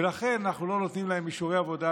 ולכן אנחנו לא נותנים להם אישורי עבודה,